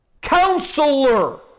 Counselor